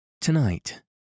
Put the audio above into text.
Tonight